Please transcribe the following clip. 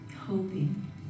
Hoping